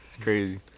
Crazy